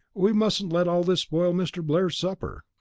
we mustn't let all this spoil mr. blair's supper.